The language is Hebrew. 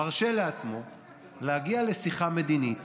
מרשה לעצמו להגיע לשיחה מדינית